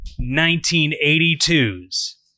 1982's